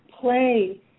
play